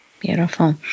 Beautiful